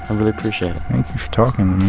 and really appreciate it thank you for talking